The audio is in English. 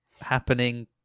happening